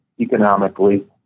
economically